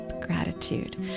gratitude